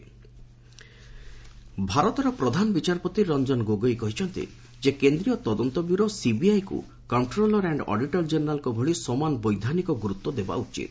CJI CBI ଭାରତର ପ୍ରଧାନ ବିଚାରପତି ରଞ୍ଜନ ଗୋଗୋଇ କହିଛନ୍ତି ଯେ କେନ୍ଦ୍ରୀୟ ତଦନ୍ତ ବ୍ୟୁରୋ ସିବିଆଇକୁ କଣ୍ଟ୍ରୋଲର ଆଣ୍ଡ୍ ଅଡିଟର ଜେନେରାଲ୍ଙ୍କ ଭଳି ସମାନ ବୈଧାନିକ ଗୁରୁତ୍ୱ ଦେବା ଉଚିତ